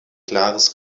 klares